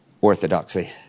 orthodoxy